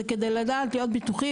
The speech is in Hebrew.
זה כדי להיות בטוחים,